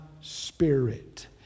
Spirit